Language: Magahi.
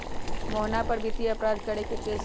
मोहना पर वित्तीय अपराध करे के केस हई